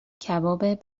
کباب